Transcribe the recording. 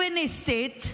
שוביניסטית.